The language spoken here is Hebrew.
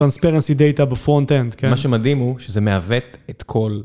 Transparency Data בFront End, מה שמדהים הוא שזה מעוות את כל